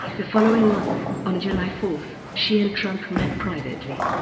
the following month, on july four, she and trump met privately.